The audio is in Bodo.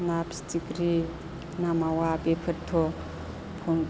ना फिथिख्रि ना मावा बेफोरथ'